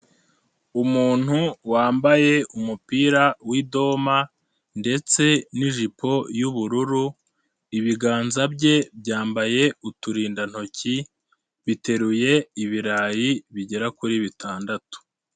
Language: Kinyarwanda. Umuntu wambaye umupira w'idoma ndetse n'ijipo y'ubururu, ibiganza bye byambaye uturindantoki, biteruye ibirayi bigera kuri bitandatu.